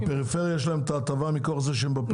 בפריפריה יש להם את ההטבה מכוח זה שהם בפריפריה.